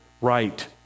right